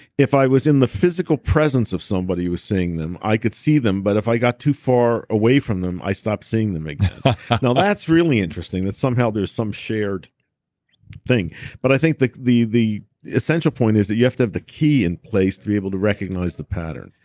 if i was in the physical presence of somebody who was seeing them, i could see them, but if i got too far away from them, i stopped seeing them now, that's really interesting that somehow there's some shared thing but i think the the essential point is that you have to have the key in place to be able to recognize the pattern.